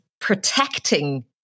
protecting